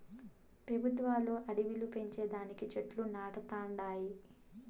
పెబుత్వాలు అడివిలు పెంచే దానికి చెట్లు నాటతండాయి